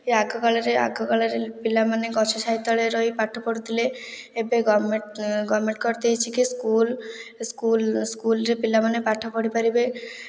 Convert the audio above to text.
କି ଆଗକାଳରେ ଆଗକାଳରେ ପିଲାମାନେ ଗଛ ଛାଇ ତଳେ ରହି ପାଠ ପଢ଼ୁଥିଲେ ଏବେ ଗଭର୍ଣ୍ଣମେଣ୍ଟ୍ ଗଭର୍ଣ୍ଣମେଣ୍ଟ୍ କରିଦେଇଛି କି ସ୍କୁଲ୍ ସ୍କୁଲ୍ ସ୍କୁଲରେ ପିଲାମାନେ ପାଠ ପଢ଼ିପାରିବେ